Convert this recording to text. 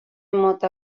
mota